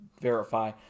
verify